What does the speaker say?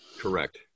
Correct